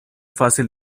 fácil